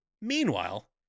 Meanwhile